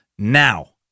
Now